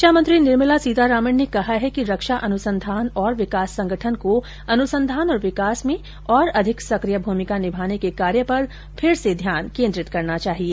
रक्षामंत्री निर्मला सीतारामन ने कहा है कि रक्षा अनुसंधान और विकास संगठन को अनुसंधान और विकास में और अधिक सक्रिय भूमिका निभाने के कार्य पर फिर से ध्यान केन्द्रित करना चाहिए